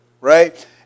Right